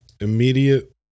immediate